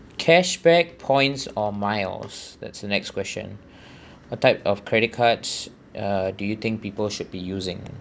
cashback points or miles that's the next question a type of credit cards uh do you think people should be using